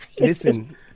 listen